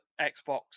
Xbox